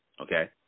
okay